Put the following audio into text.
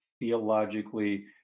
theologically